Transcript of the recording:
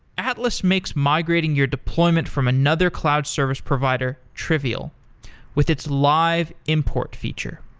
atlas makes migrating your deployment from another cloud service provider trivial with its live import feature.